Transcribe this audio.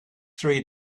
three